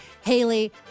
Haley